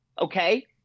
okay